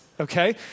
Okay